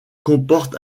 comporte